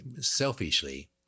selfishly